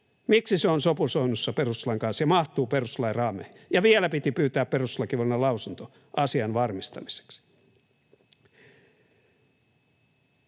esitys, on sopusoinnussa perustuslain kanssa ja mahtuu perustuslain raameihin — ja vielä piti pyytää perustuslakivaliokunnan lausunto asian varmistamiseksi.